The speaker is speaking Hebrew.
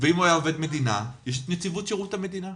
ואם הוא היה עובד מדינה, יש נציבות שירות המדינה.